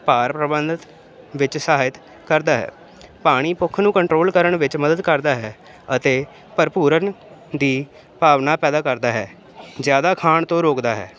ਭਾਰ ਪ੍ਰਬੰਧਨ ਵਿੱਚ ਸਹਾਇਤਾ ਕਰਦਾ ਹੈ ਪਾਣੀ ਭੁੱਖ ਨੂੰ ਕੰਟਰੋਲ ਕਰਨ ਵਿੱਚ ਮਦਦ ਕਰਦਾ ਹੈ ਅਤੇ ਭਰਪੂਰਨ ਦੀ ਭਾਵਨਾ ਪੈਦਾ ਕਰਦਾ ਹੈ ਜ਼ਿਆਦਾ ਖਾਣ ਤੋਂ ਰੋਕਦਾ ਹੈ